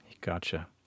Gotcha